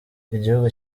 igihugu